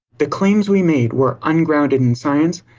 the claims we made were ungrounded in science,